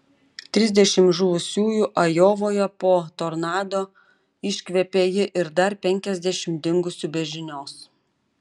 trisdešimt žuvusiųjų ajovoje po tornado iškvepia ji ir dar penkiasdešimt dingusių be žinios